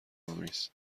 آمیز